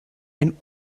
ein